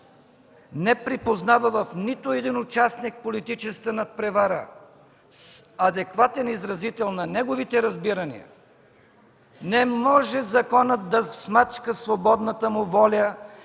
не припознава в нито един участник в политическата надпревара адекватен изразител на неговите разбирания, не може законът да смачка свободната му воля